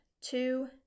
two